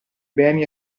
beni